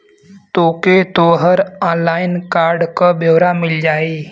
तोके तोहर online card क ब्योरा मिल जाई